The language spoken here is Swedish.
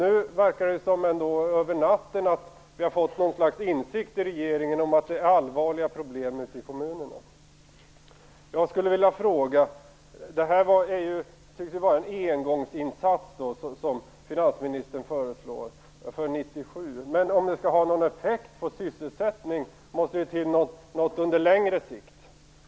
Nu verkar det som om regeringen över natten fått något slags insikt om att det råder allvarliga problem ute i kommunerna. Det finansministern nu föreslår tycks vara en engångsinsats för 1997. Men om det skall ha någon effekt på sysselsättningen måste det till någonting på längre sikt.